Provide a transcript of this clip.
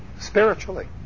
spiritually